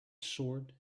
sword